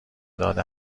داد